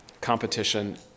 competition